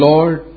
Lord